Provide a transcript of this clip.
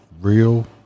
real